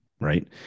right